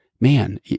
man